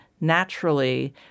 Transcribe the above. naturally